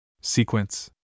Sequence